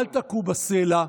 אל תכו בסלע.